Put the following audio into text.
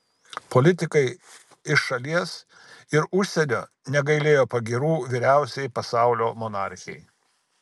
politikai iš šalies ir užsienio negailėjo pagyrų vyriausiai pasaulio monarchei